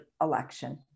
election